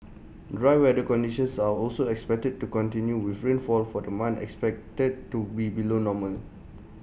dry weather conditions are also expected to continue with rainfall for the month expected to be below normal